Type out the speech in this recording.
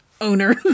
owner